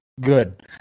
Good